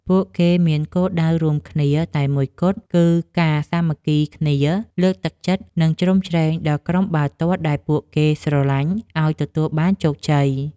ពួកគេមានគោលដៅរួមគ្នាតែមួយគត់គឺការសាមគ្គីគ្នាលើកទឹកចិត្ត និង ជ្រោមជ្រែងដល់ក្រុមបាល់ទាត់ដែលពួកគេស្រលាញ់ឱ្យទទួលបានជោគជ័យ។